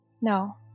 No